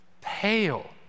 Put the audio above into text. pale